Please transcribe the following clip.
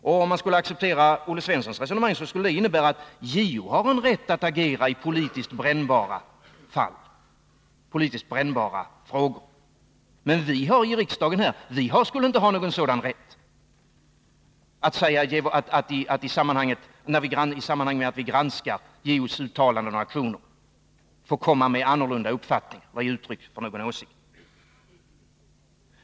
Om man skulle acceptera Olle Svenssons resonemang, skulle det innebära att JO har en rätt att agera i politiskt brännbara frågor, medan vi i riksdagen inte skulle ha någon sådan rätt att i samband med att vi granskar JO:s uttalanden och aktioner ge uttryck för någon annan åsikt.